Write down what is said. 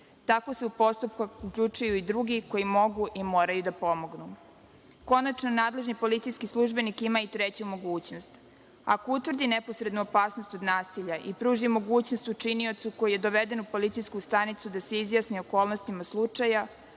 Tako se u postupak uključuju i drugi koji mogu i moraju da pomognu. Konačno, nadležni policijski službenik ima i treću mogućnost. Ako utvrdi neposrednu opasnost od nasilja i pruži mogućnost učiniocu koji je doveden u policijsku stanicu da se izjasni o okolnostima slučaja,